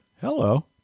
Hello